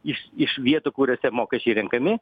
iš iš vietų kuriose mokesčiai renkami